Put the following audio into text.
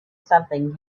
something